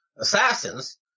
assassins